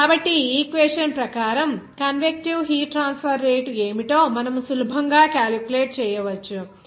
కాబట్టి ఈ ఈక్వేషన్ ప్రకారం కన్వెక్టివ్ హీట్ ట్రాన్స్ఫర్ రేటు ఏమిటో మనము సులభంగా క్యాలిక్యులేట్ చేయవచ్చు